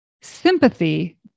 Sympathy